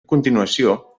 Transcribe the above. continuació